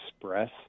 express